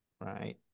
right